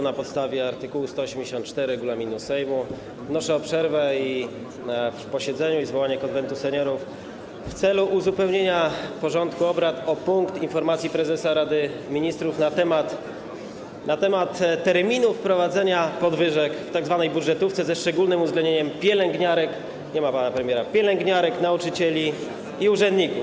Na podstawie art. 184 regulaminu Sejmu wnoszę o przerwę w posiedzeniu i zwołanie Konwentu Seniorów w celu uzupełnienia porządku obrad o punkt: informacja prezesa Rady Ministrów na temat terminu wprowadzenia podwyżek w tzw. budżetówce, ze szczególnym uwzględnieniem pielęgniarek - nie ma pana premiera - nauczycieli i urzędników.